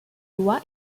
loi